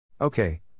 Okay